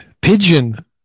Pigeon